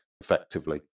effectively